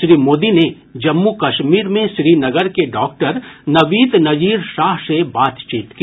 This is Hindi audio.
श्री मोदी ने जम्मू कश्मीर में श्रीनगर के डॉक्टर नवीद नजीर शाह से बातचीत की